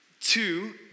Two